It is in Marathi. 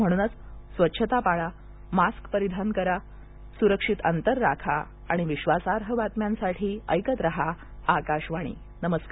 म्हणूनच स्वच्छता पाळा मास्क परिधान करा सुरक्षित अंतर राखा आणि विश्वासार्ह बातम्यांसाठी ऐकत राहा आकाशवाणी नमस्कार